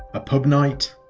a pub night